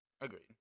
Agreed